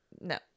No